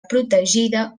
protegida